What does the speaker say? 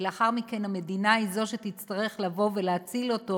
ולאחר מכן המדינה היא זו שתצטרך לבוא ולהציל אותו,